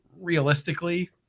realistically